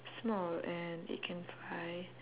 small and it can fly